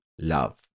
love